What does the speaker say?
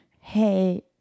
hey